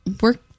work